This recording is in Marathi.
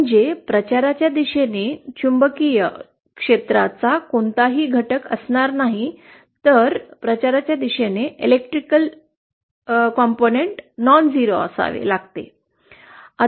म्हणजे प्रचाराच्या दिशेने चुंबकीय क्षेत्राचा कोणताही घटक असणार नाही तर प्रसाराच्या दिशेने विद्युत क्षेत्र नॉनझिरो असावे लागेल